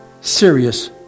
serious